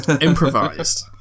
Improvised